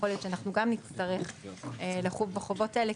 יכול להיות שאנחנו גם נצטרך לחוב בחובות האלה.